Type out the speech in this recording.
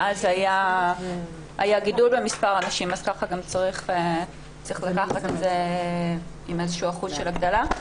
מאז היה גידול במספר הנשים וצריך לקחת את זה עם איזשהו אחוז של הגדלה.